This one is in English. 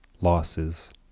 losses